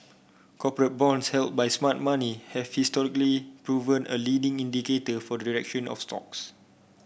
bonds held by smart money have historically proven a leading indicator for the direction of stocks